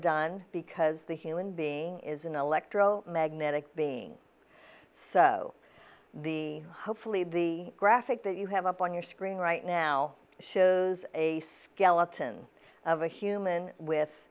done because the human being is an electro magnetic being so the hopefully the graphic that you have up on your screen right now shows a skeleton of a human with